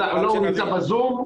נמצא בזום,